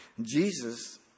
Jesus